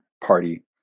party